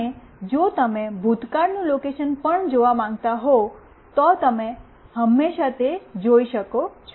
અને જો તમે ભૂતકાળનું લોકેશન પણ જોવા માંગતા હો તો તમે હંમેશાં તે જોઈ શકો છો